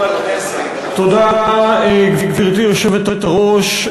גברתי היושבת-ראש,